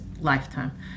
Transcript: lifetime